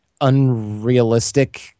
unrealistic